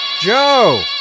Joe